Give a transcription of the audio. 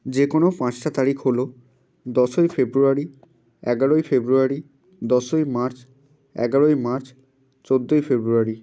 যে কোনো পাঁসটা তারিখ হলো দশই ফেব্রুয়ারি এগারোই ফেব্রুয়ারি দশই মার্চ এগারোই মার্চ চোদ্দই ফেব্রুয়ারি